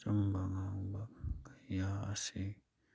ꯑꯆꯨꯝꯕ ꯉꯥꯡꯕ ꯀꯌꯥ ꯑꯁꯤ